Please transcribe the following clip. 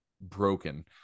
broken